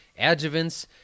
adjuvants